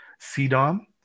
CDOM